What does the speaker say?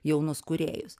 jaunus kūrėjus